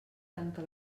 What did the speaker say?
tanca